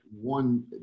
one